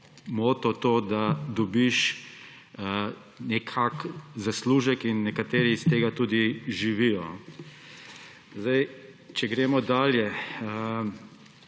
moto to, da dobiš zaslužek, in nekateri od tega tudi živijo. Če gremo dalje.